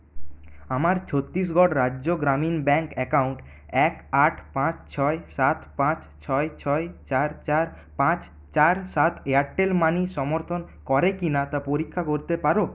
আমার Chhattisgarh Rajya Gramin bank account এক আট পাঁচ ছয় সাত পাঁচ ছয় ছয় চার চার পাঁচ চার সাত এয়ারটেল মানি সমর্থন করে কিনা তা পরীক্ষা করতে পার